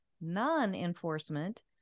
non-enforcement